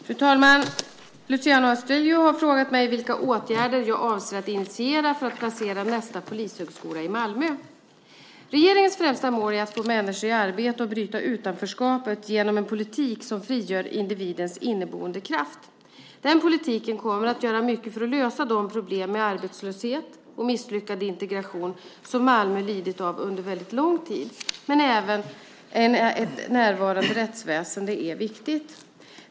Fru talman! Luciano Astudillo har frågat mig vilka åtgärder jag avser att initiera för att placera nästa polishögskola i Malmö. Regeringens främsta mål är att få människor i arbete och bryta utanförskapet med hjälp av en politik som frigör individens inneboende kraft. Denna politik kommer att göra mycket för att lösa de problem med arbetslöshet och misslyckad integration som Malmö lidit av under lång tid, men även ett närvarande rättsväsende är viktigt.